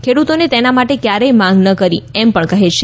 ખેડુતોએ તેના માટે ક્યારેય માંગ ન કરી એમપણ કહે છે